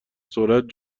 سرعت